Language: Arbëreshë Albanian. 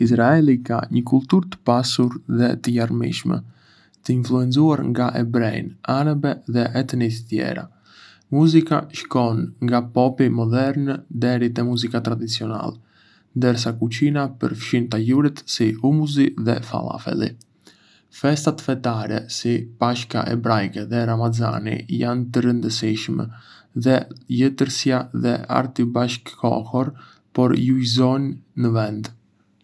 Izraeli ka një kulturë të pasur dhe të larmishme, të influencuar nga hebrenj, arabe dhe etni të tjera. Muzika shkon nga popi modern deri te muzika tradicionale, ndërsa kuzhina përfshin tajuret si humusi dhe falafeli. Festat fetare si Pashka hebraike dhe Ramazani janë të rëndësishme, dhe letërsia dhe arti bashkëkohor po lulëzojnë në vend.